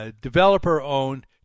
developer-owned